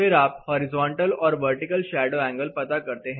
फिर आप हॉरिजॉन्टल और वर्टिकल शैडो एंगल पता करते हैं